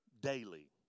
daily